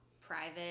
private